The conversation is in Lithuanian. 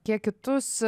kiek kitus